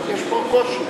יש פה קושי.